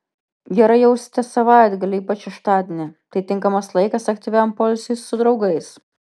gerai jausitės savaitgalį ypač šeštadienį tai tinkamas laikas aktyviam poilsiui su draugais